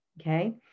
okay